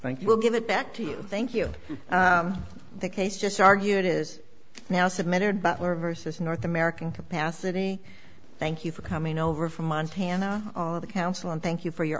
you we'll give it back to you thank you the case just argue it is now submitted but we're vs north american capacity thank you for coming over from montana all the council and thank you for your